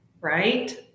right